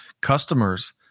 customers